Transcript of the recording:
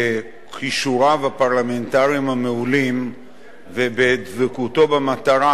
בכישוריו הפרלמנטריים המעולים ובדבקותו במטרה,